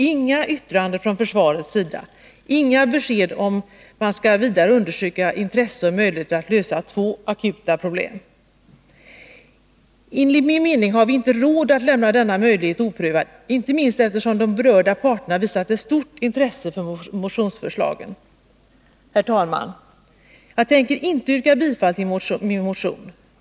Inga yttranden från försvarets sida, inga besked om att man skall vidare undersöka intresse och möjligheter att lösa två akuta problem. Enligt min mening har vi inte råd att lämna denna möjlighet oprövad — inte minst eftersom de berörda parterna visat ett stort intresse för motionsförslagen. Herr talman! Jag tänker inte yrka bifall till min motion.